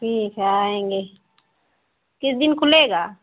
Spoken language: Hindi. ठीक है आएंगे किस दिन खुलेगा